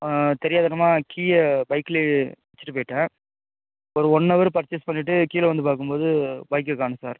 தெரியாத்தனமாக கீயை பைக்லேயே வைச்சிட்டு போயிட்டேன் ஒரு ஒன் அவர் பர்ச்சேஸ் பண்ணிகிட்டு கீழே வந்து பார்க்கும் போது பைக்கை காணும் சார்